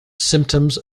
symptoms